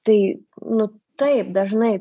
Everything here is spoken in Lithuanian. tai nu taip dažnai